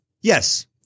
Yes